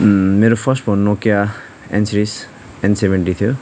मेरो first phone Nokia N series N seventy थियो